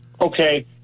Okay